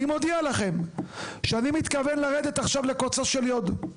אני מודיע לכם שאני מתכוון לרדת עכשיו לקוצו של יוד.